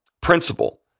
principle